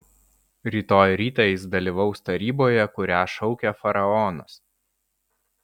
rytoj rytą jis dalyvaus taryboje kurią šaukia faraonas